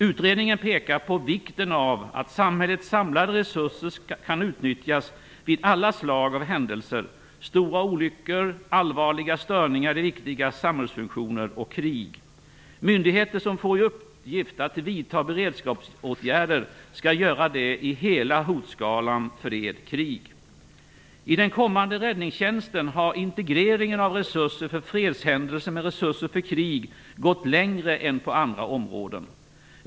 Utredningen pekar på vikten av att samhällets samlade resurser kan utnyttjas vid alla slag av händelser - stora olyckor, allvarliga störningar i viktiga samhällsfunktioner och krig. Myndigheter, som får i uppgift att vidta beredskapsåtgärder skall göra det i hela hotskalan fred-krig. I den kommunala räddningstjänsten har integreringen av resurser för fredshändelser med resurser för krig gått längre än på andra områden.